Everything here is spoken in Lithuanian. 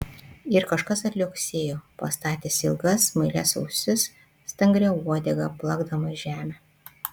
ir kažkas atliuoksėjo pastatęs ilgas smailias ausis stangria uodega plakdamas žemę